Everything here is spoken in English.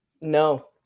No